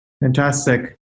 Fantastic